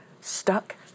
stuck